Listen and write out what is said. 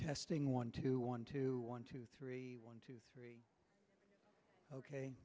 testing one two one two one two three one two three ok